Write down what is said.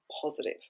positive